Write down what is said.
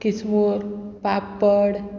किसमूर पापड